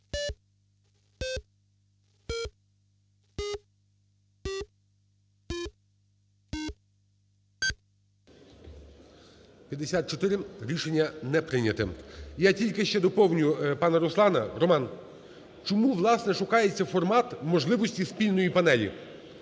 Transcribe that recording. За-54 Рішення не прийняте. Я тільки ще доповню пана Руслана. Роман, чому, власне, шукається формат можливості спільної панелі?